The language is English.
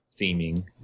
theming